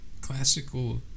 classical